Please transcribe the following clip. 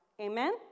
Amen